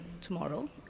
tomorrow